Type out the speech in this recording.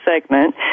segment